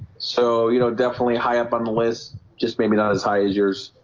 so, you know definitely high up on the list just maybe not as high as yours